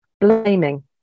blaming